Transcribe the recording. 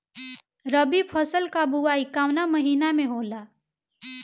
रबी फसल क बुवाई कवना महीना में होला?